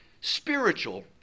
spiritual